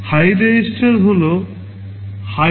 high REGISTER হল high order REGISTERগুলির 16 bit